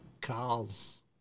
cars